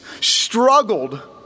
struggled